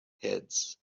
heads